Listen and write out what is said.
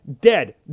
dead